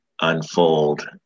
unfold